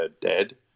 dead